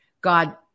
God